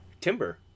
Timber